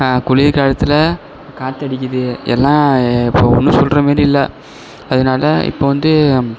குளிர் காலத்தில் காற்று அடிக்குது எல்லாம் இப்போது ஒன்றும் சொல்கிற மாதிரி இல்லை அதனால இப்போது வந்து